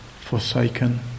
forsaken